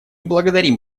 благодарим